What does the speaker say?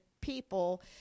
people